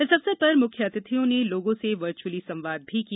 इस अवसर पर मुख्य अतिथियों ने लोगों से वर्चुअली संवाद भी किया